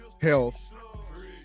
health